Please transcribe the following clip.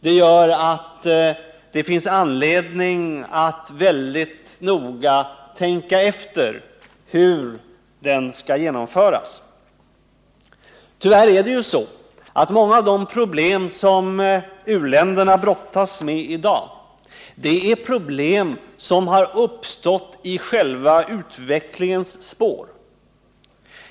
Därför finns det anledning att väldigt noga tänka efter hur den skall genomföras. Tyvärr har många av de problem som u-länderna brottas med i dag uppstått i själva utvecklingens spår.